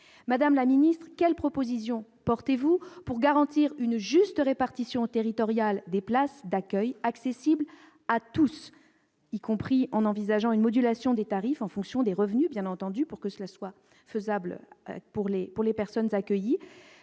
Madame la ministre, quelles propositions portez-vous pour garantir une juste répartition territoriale des places d'accueil accessibles à tous, y compris en envisageant une modulation des tarifs en fonction des revenus, afin que toutes les personnes accueillies